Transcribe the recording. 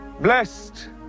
Blessed